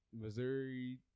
Missouri